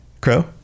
Crow